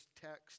text